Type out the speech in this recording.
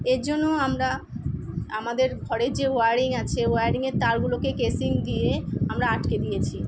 এর জন্য আমরা আমাদের ঘরের যে ওয়ারিং আছে ওয়্যারিং এর তারগুলোকে কেসিং দিয়ে আমরা আটকে দিয়েছি